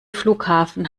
flughafen